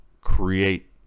create